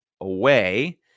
away